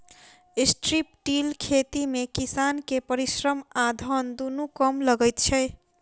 strip till खेती मे किसान के परिश्रम आ धन दुनू कम लगैत छै